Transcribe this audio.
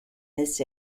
this